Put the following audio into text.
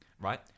right